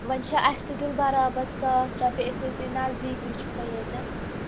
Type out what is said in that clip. وۅنۍ چھا اَسہِ تہِ دیُن برابر ساس رۄپیہِ أسۍ ہَے تۄہہِ نٔزدیٖکٕے چھِو وۅنۍ ییٚتٮ۪ن